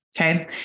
Okay